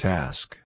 Task